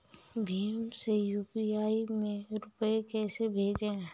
भीम से यू.पी.आई में रूपए कैसे भेजें?